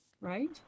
right